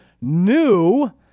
new